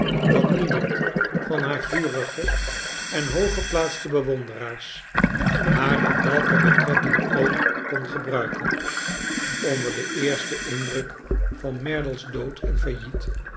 dat niemand van haar vurige en hooggeplaatste bewonderaars haar in welke betrekking ook kon gebruiken onder den eersten indruk van merdle's dood en failliet